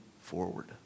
forward